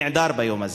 נעדר ביום הזה.